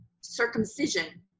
circumcision